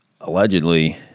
allegedly